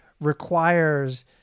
requires